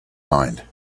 mind